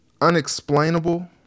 unexplainable